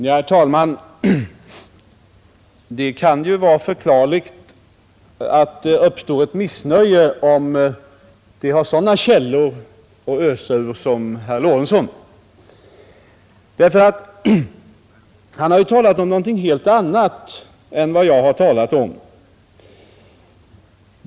Herr talman! Det kan ju vara förklarligt att det uppstår ett missnöje om man har sådana källor att ösa ur som herr Lorentzon. Han har ju talat om någonting helt annat än vad jag har talat om.